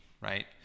right